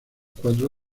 cuatro